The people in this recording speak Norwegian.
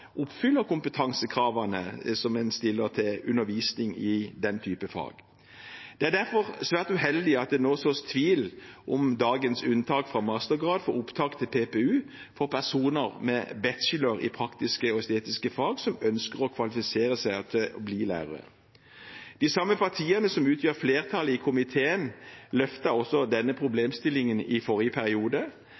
oppfyller kompetansekravene som stilles til å undervise i den typen fag. Det er derfor svært uheldig at det nå sås tvil om dagens unntak fra krav om mastergrad for opptak til PPU for personer med bachelorgrad i praktiske og estetiske fag som ønsker å kvalifisere seg til å bli lærere. De samme partiene som utgjør flertallet i komiteen, løftet denne problemstillingen også i forrige periode,